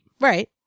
Right